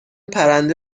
پرنده